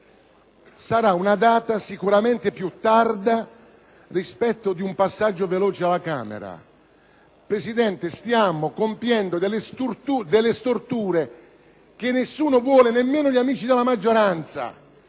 in una data sicuramente più tarda rispetto a quella di un passaggio veloce alla Camera. Signor Presidente, stiamo compiendo delle storture che nessuno vuole, nemmeno gli amici della maggioranza,